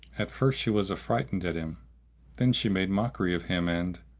at first she was affrighted at him then she made mockery of him and,